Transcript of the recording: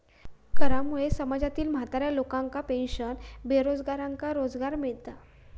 करामुळे समाजातील म्हाताऱ्या लोकांका पेन्शन, बेरोजगारांका रोजगार मिळता